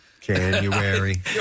January